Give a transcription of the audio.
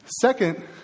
Second